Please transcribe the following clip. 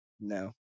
no